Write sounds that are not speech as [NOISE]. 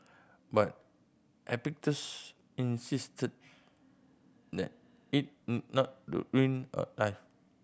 but Epictetus insist that it [UNINTELLIGIBLE] not to ruin our live